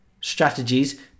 strategies